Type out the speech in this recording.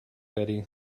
betty